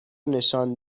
نشان